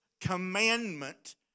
commandment